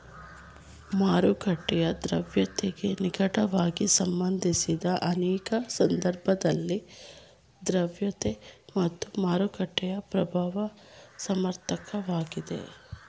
ಮಾರುಕಟ್ಟೆಯ ದ್ರವ್ಯತೆಗೆ ನಿಕಟವಾಗಿ ಸಂಬಂಧಿಸಿದ ಅನೇಕ ಸಂದರ್ಭದಲ್ಲಿ ದ್ರವತೆ ಮತ್ತು ಮಾರುಕಟ್ಟೆ ಪ್ರಭಾವ ಸಮನಾರ್ಥಕ ವಾಗಿದೆ